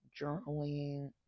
journaling